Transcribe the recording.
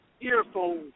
earphones